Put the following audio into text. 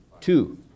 Two